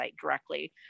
directly